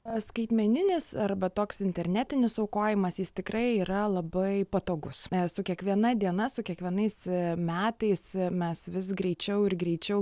skaitmeninis arba toks internetinis aukojimasis jis tikrai yra labai patogus su kiekviena diena su kiekvienais metais mes vis greičiau ir greičiau